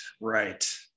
right